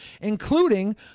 including